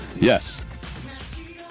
Yes